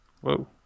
Whoa